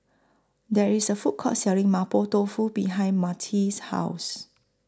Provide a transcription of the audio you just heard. There IS A Food Court Selling Mapo Tofu behind Myrtie's House